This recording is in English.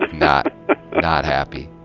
not not happy.